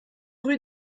rue